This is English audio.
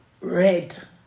Red